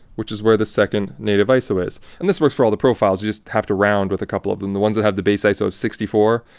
which is where the second native iso is. and this works for all the profiles. you just have to round with a couple of them. the ones that have the base iso at sixty four,